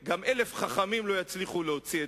גם אלף חכמים לא יצליחו להוציא.